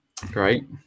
Great